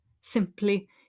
Simply